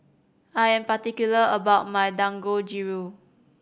I'm particular about my Dangojiru